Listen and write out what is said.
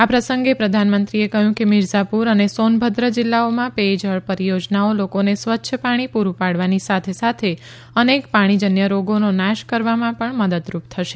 આ પ્રસંગે પ્રધાનમંત્રીએ કહ્યું કે મિરઝાપુર અને સોનભદ્ર જિલ્લાઓમાં પેયજળ પરિયોજનાઓ લોકોને સ્વચ્છ પાણી પૂરૃં પાડવાની સાથે સાથે અનેક પાણીજન્ય રોગોનો નાશ કરવામાં પણ મદદરૂપ થશે